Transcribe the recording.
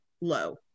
low